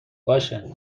باشه